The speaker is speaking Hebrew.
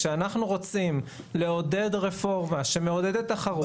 כשאנחנו רוצים לעודד רפורמה שמעודדת תחרות,